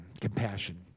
Compassion